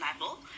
level